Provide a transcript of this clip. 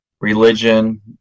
religion